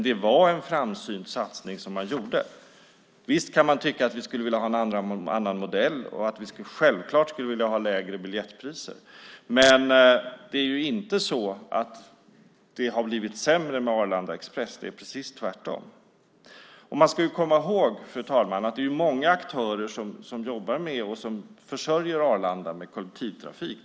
Det var en framsynt satsning som man gjorde. Visst kan man tycka att vi borde ha en annan modell, och självfallet skulle vi vilja ha lägre biljettpriser. Men det har inte blivit sämre med Arlanda Express; det är precis tvärtom. Fru talman! Man ska komma ihåg att det är många aktörer som jobbar med och försörjer Arlanda med kollektivtrafik.